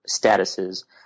statuses